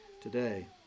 today